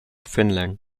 finland